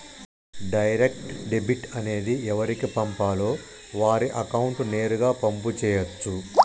direct debit అనేది ఎవరికి పంపాలో వారి అకౌంట్ నేరుగా పంపు చేయచ్చు